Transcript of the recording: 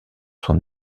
son